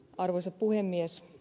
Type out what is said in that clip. arvoisa puhemies